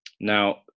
Now